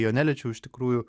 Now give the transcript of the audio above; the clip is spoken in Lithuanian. jo neliečiau iš tikrųjų